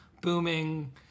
booming